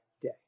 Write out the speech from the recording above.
day